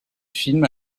film